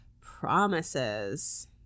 Promises